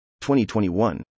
2021